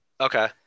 Okay